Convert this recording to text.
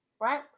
right